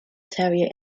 terrier